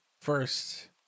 first